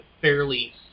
fairly